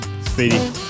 Speedy